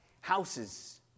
houses